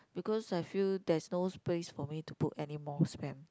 because I feel there's no space for me to put any more spam